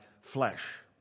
flesh